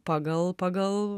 pagal pagal